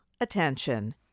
attention